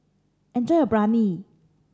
enjoy your Biryani